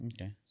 Okay